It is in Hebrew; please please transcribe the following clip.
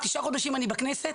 תשעה חודשים אני בכנסת,